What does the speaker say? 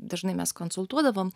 dažnai mes konsultuodavom